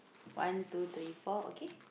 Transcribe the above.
one two three four okay